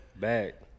back